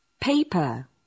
paper